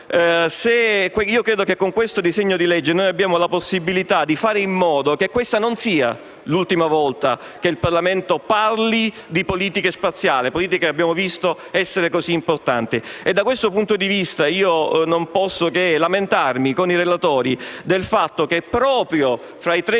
di aerospazio. Con questo disegno di legge abbiamo la possibilità di fare in modo che questa non sia l'ultima volta che il Parlamento parla di politiche spaziali, che abbiamo visto essere così importanti. Tuttavia, da questo punto di vista non posso che lamentarmi con i relatori per il fatto che, proprio tra i tre